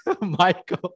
Michael